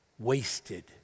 Wasted